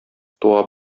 туа